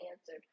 answered